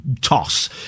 toss